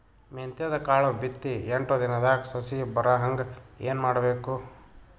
ಮೆಂತ್ಯದ ಕಾಳು ಬಿತ್ತಿ ಎಂಟು ದಿನದಾಗ ಸಸಿ ಬರಹಂಗ ಏನ ಮಾಡಬೇಕು?